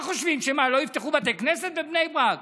מה חושבים, שמה, שלא יפתחו בתי כנסת בבני ברק?